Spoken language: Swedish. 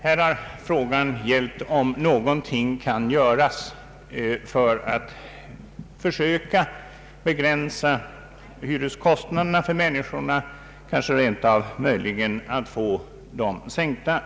Här har frågan gällt om någonting kan göras för att söka begränsa hyreskost naderna för de boende, kanske rent av få kostnaderna sänkta.